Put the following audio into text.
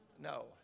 no